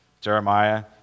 Jeremiah